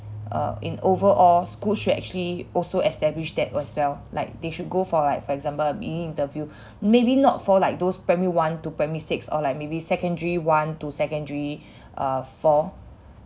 err in overall schools should actually also establish that as well like they should go for like for example mini interview maybe not for like those primary one to primary six or like maybe secondary one to secondary err four